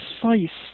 precise